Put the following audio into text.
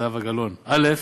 זהבה גלאון: א.